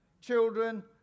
Children